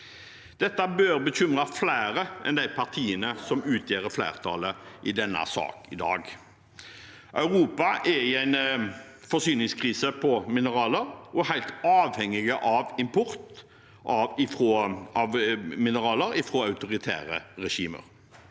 Dette bør bekymre flere enn de partiene som utgjør flertallet i denne saken i dag. Europa er i en forsyningskrise på mineraler og er helt avhengig av import av mineraler fra autoritære regimer.